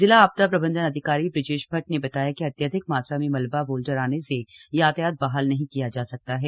जिला आपदा प्रबंधन अधिकरी बृजेश भट्ट ने बताया कि अत्याधिक मात्रा में मलबा बोल्डर आने से यातायात बहाल नहीं किया जा सकता है